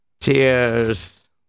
Cheers